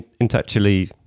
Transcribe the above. intellectually